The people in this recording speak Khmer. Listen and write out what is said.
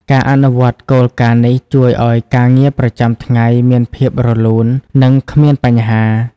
ការអនុវត្តន៍គោលការណ៍នេះជួយឲ្យការងារប្រចាំថ្ងៃមានភាពរលូន និងគ្មានបញ្ហា។